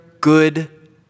good